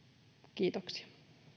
kiitoksia